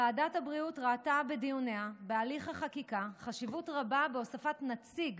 ועדת הבריאות ראתה בדיוניה בהליך החקיקה חשיבות רבה בהוספת נציג